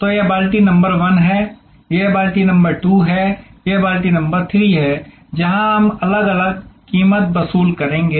तो यह बाल्टी नंबर 1 है यह बाल्टी नंबर 2 है यह बाल्टी नंबर 3 है जहां हम अलग अलग कीमत वसूल करेंगे